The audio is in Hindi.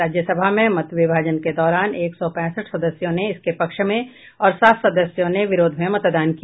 राज्यसभा में मत विभाजन के दौरान एक सौ पैंसठ सदस्यों ने इसके पक्ष में और सात सदस्यों ने विरोध में मतदान किया